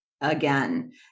again